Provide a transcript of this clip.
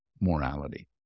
morality